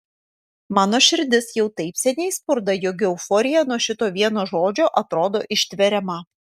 mano širdis jau taip seniai spurda jog euforija nuo šito vieno žodžio atrodo ištveriama